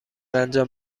انجام